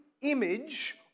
image